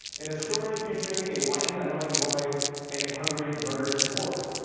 in a story featuring a whining annoying boy and a hungry murderous wolf,